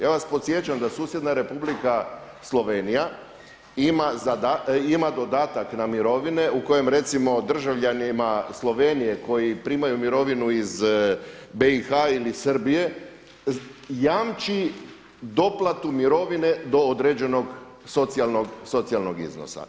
Ja vas podsjećam da susjedna Republika Slovenija ima dodataka na mirovine u kojem recimo državljanima Slovenije koji primaju mirovinu iz BIH ili Srbije jamči doplatu mirovine do određenog socijalnog iznosa.